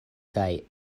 kaj